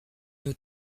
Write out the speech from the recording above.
nous